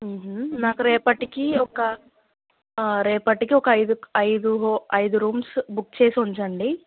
నాకు రేపటికి ఒక రేపటికి ఒక ఐదు ఐదు హో ఐదు రూమ్స్ బుక్ చేసి ఉంచండి